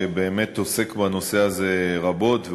שבאמת עוסק בנושא הזה רבות,